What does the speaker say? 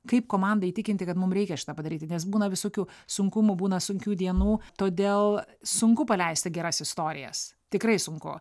kaip komandą įtikinti kad mum reikia šitą padaryti nes būna visokių sunkumų būna sunkių dienų todėl sunku paleisti geras istorijas tikrai sunku